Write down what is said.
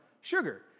sugar